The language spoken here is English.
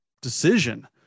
decision